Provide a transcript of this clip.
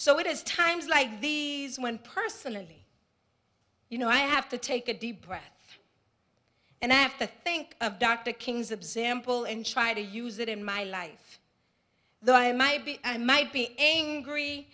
so it is times like these when personally you know i have to take a deep breath and i have to think of dr king's observe and try to use it in my life that i might be i might be angry